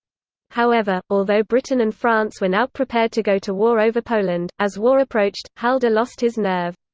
however, although britain and france were now prepared to go to war over poland, as war approached, halder lost his nerve.